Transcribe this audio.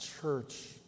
church